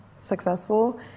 successful